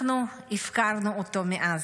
אנחנו הפקרנו אותו מאז.